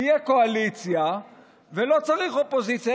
תהיה קואליציה ולא צריך אופוזיציה.